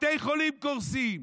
בתי חולים קורסים.